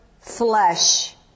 flesh